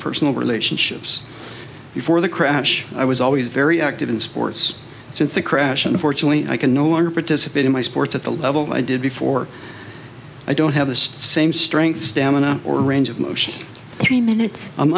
personal relationships before the crash i was always very active in sports since the crash unfortunately i can no longer participate in my sports at the level i did before i don't have this same strength stamina or range of motion three minutes